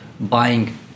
buying